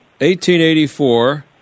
1884